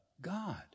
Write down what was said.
God